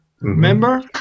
Remember